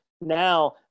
Now